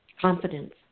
confidence